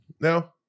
now